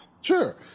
Sure